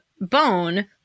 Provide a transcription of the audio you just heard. bone